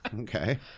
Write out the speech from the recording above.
Okay